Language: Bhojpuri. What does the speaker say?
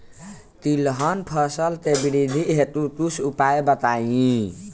तिलहन फसल के वृद्धि हेतु कुछ उपाय बताई?